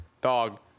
Dog